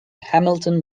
hamilton